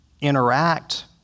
interact